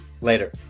Later